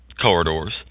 corridors